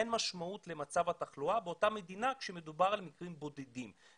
אין משמעות למצב התחלואה באותה מדינה כשמדובר על מקרים בודדים.